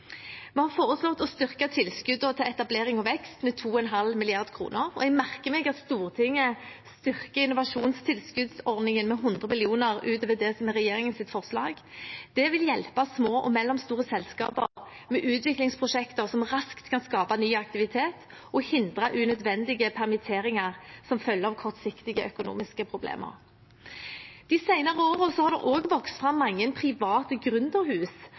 Vi har foreslått å styrke tilskuddene til etablering og vekst med 2,5 mrd. kr, og jeg merker meg at Stortinget styrker innovasjonstilskuddsordningen med 100 mill. kr utover det som er regjeringens forslag. Dette vil hjelpe små og mellomstore selskaper med utviklingsprosjekter som raskt kan skape ny aktivitet og hindre unødvendige permitteringer som følge av kortsiktige økonomiske problemer. De senere årene har det også vokst fram mange private